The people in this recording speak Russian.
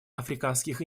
африканских